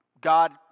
God